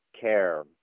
care